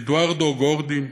אדוארדו גורדין,